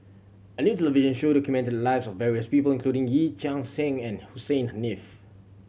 a new television show documented the lives of various people including Yee Chia Hsing and Hussein Haniff